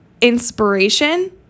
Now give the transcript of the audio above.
inspiration